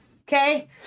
okay